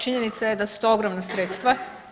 Činjenica je da su to ogromna sredstva.